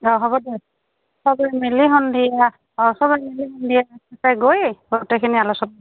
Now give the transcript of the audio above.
অঁ হ'ব দে চবে মিলি সন্ধিয়া অঁ চবে মিলি সন্ধিয়াই গৈ গোটেইখিনি আলোচনা